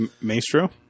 Maestro